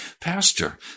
Pastor